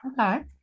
Okay